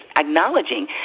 acknowledging